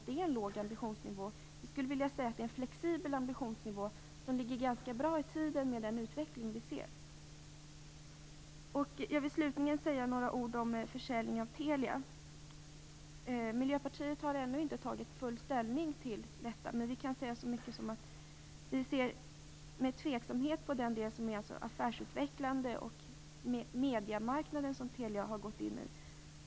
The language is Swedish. Det är en flexibel ambitionsnivå som ligger ganska bra i tiden med den utveckling som vi kan se. Slutligen vill jag säg några ord om försäljningen av Telia. Miljöpartiet har ännu inte fullt ut tagit ställning till detta. Men vi kan säga så mycket som att vi ser med tveksamhet på den del som är affärsutvecklande och den mediemarknad som Telia har gått in på.